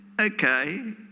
okay